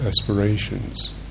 aspirations